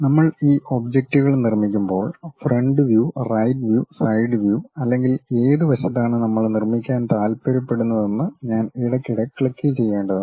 നമ്മൾ ഈ ഒബ്ജക്റ്റുകൾ നിർമ്മിക്കുമ്പോൾ front view right view side view അല്ലെങ്കിൽ ഏത് വശത്താണ് നമ്മൾ നിർമ്മിക്കാൻ താൽപ്പര്യപ്പെടുന്നതെന്ന് ഞാൻ ഇടയ്ക്കിടെ ക്ലിക്കുചെയ്യേണ്ടതുണ്ട്